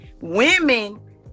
Women